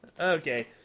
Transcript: okay